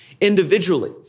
individually